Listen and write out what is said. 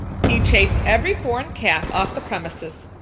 he chased every foreign cat off the premises,